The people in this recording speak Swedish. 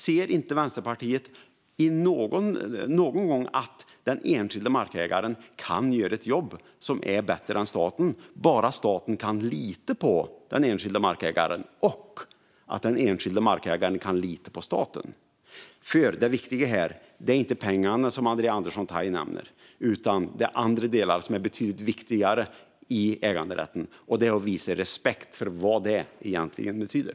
Ser inte Vänsterpartiet någon gång att den enskilda markägaren kan göra ett bättre jobb än staten, bara staten kan lita på den enskilda markägaren och den enskilda markägaren kan lita på staten? Det viktiga här inte pengarna, som Andrea Andersson Tay nämner, utan att det finns andra delar som är betydligt viktigare, nämligen att visa respekt för vad äganderätten egentligen betyder.